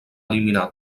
eliminar